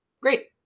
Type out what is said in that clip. Great